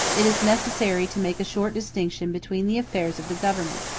it is necessary to make a short distinction between the affairs of the government.